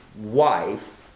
wife